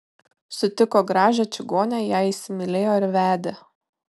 sutiko gražią čigonę ją įsimylėjo ir vedė